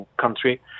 country